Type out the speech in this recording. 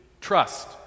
Trust